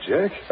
Jack